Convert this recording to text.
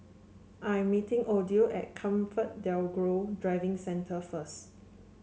I am meeting Odile at ComfortDelGro Driving Centre first